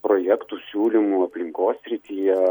projektų siūlymų aplinkos srityje